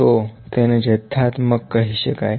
તો તેને જથાત્મક કહી શકાય